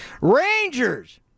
Rangers